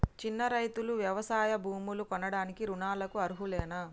చిన్న రైతులు వ్యవసాయ భూములు కొనడానికి రుణాలకు అర్హులేనా?